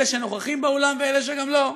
אלה שנוכחים באולם וגם אלה שלא.